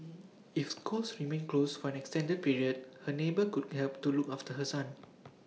if schools remain close for an extended period her neighbour could help to look after her son